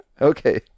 Okay